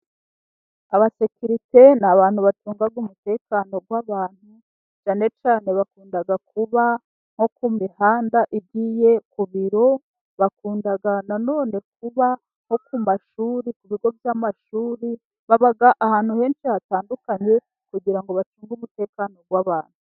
Abasekirite ni abantu bacunga umutekano w'abantu, cyane cyane bakunda kuba nko ku mihanda igiye ku biro. Bakunda na none kuba nko ku mashuri, ku bigo by'amashuri, baba ahantu henshi hatandukanye kugira ngo bacunge umutekano w'abantu.